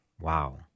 Wow